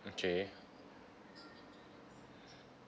okay